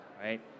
right